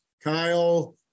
Kyle